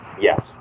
yes